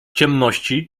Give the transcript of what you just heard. ciemności